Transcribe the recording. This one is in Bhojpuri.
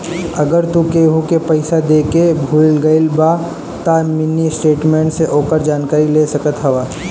अगर तू केहू के पईसा देके भूला गईल बाड़ऽ तअ मिनी स्टेटमेंट से ओकर जानकारी ले सकत हवअ